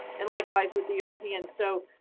and likewise with the european, so